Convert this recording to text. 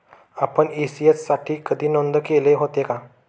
आपण इ.सी.एस साठी आधी नोंद केले होते का?